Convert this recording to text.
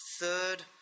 Third